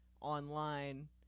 online